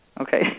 Okay